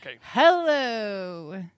Hello